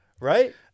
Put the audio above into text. right